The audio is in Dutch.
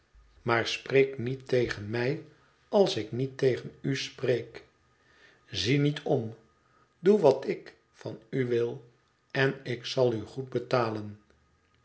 maar spreek niet tegen mij als ik niet tegen u spreek zie niet om doe wat ik van u wil en ik zal u goed betalen